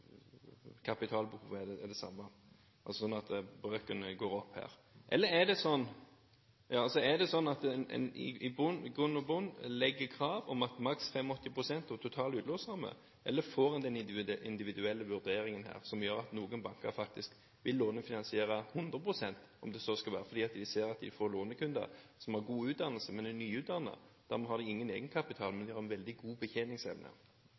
kapitalbehovet er det samme – sånn at brøkene går opp her? Er det sånn at en i bunn og grunn setter krav om maks 85 pst. av total utlånsramme, eller får en den individuelle vurderingen, som gjør at noen banker faktisk vil lånefinansiere 100 pst., om det så skulle være, fordi de ser at de får lånekunder som har god utdannelse, men er nyutdannet og dermed ikke har noen egenkapital, men de har en veldig god betjeningsevne?